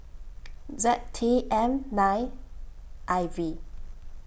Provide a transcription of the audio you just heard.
Z T M nine I V